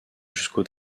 jusqu’au